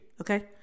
okay